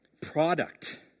product